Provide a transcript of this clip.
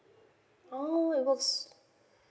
oh it goes